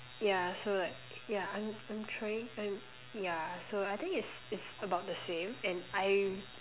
yeah so like yeah I'm I'm trying I'm yeah so I think it's it's about the same and I'm